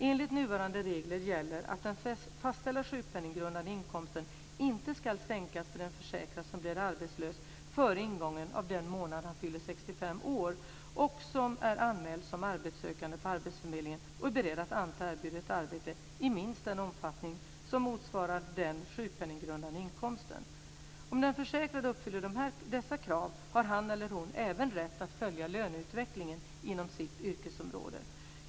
Enligt nuvarande regler gäller att den fastställda sjukpenninggrundande inkomsten inte ska sänkas för en försäkrad som blir arbetslös före ingången av den månad han fyller 65 år och som är anmäld som arbetssökande på arbetsförmedlingen och är beredd att anta erbjudet arbete i minst den omfattning som motsvarar den sjukpenninggrundande inkomsten. Om den försäkrade uppfyller dessa krav har han eller hon även rätt att följa löneutvecklingen inom sitt yrkesområde.